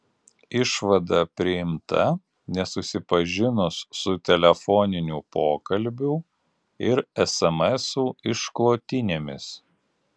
išvada priimta nesusipažinus su telefoninių pokalbių ir esemesų išklotinėmis